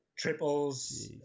Triples